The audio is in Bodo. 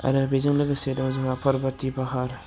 आरो बेजों लोगोसे दङ जोंहा फार्बथि फाहार